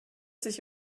sich